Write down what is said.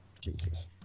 Jesus